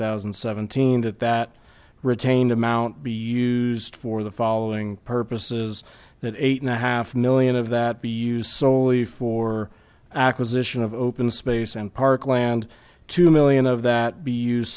thousand and seventeen that that retained amount be used for the following purposes that eight and a half million of that be used solely for acquisition of open space and parkland two million of that be use